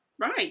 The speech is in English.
Right